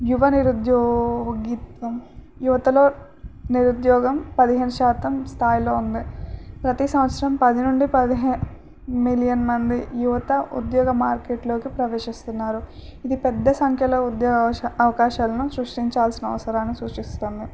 యువ నిరుద్యోగిత్వం యువతలో నిరుద్యోగం పదిహేను శాతం స్థాయిలో ఉంది ప్రతి సంవత్సరం పది నుండి పదిహేను మిలియన్ మంది యువత ఉద్యోగ మార్కెట్లోకి ప్రవేశిస్తున్నారు ఇది పెద్ద సంఖ్యలో ఉద్యోగ అవ అవకాశాలను సృష్టించాల్సిన అవసరాన్ని సృష్టిస్తుంది